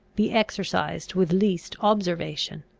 be exercised with least observation.